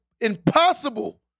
impossible